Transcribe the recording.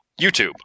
YouTube